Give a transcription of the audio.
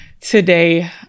today